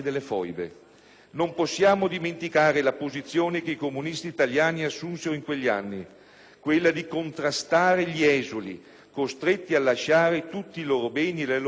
Non possiamo dimenticare la posizione che i comunisti italiani assunsero in quegli anni: quella di contrastare gli esuli, costretti a lasciare tutti i loro beni e le loro case;